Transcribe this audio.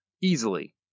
Easily